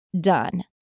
done